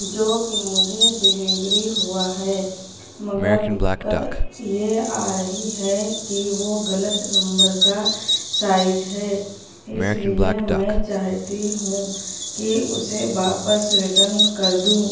جو کہ مجھے ڈلیوری ہوا ہے مگر دقت یہ آ رہی ہے کہ وہ غلط نمبر کا سائز ہے اس لیے میں چاہتی ہوں کہ اسے واپس ریٹرن کر دوں